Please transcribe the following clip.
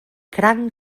cranc